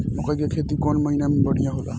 मकई के खेती कौन महीना में बढ़िया होला?